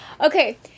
Okay